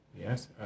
Yes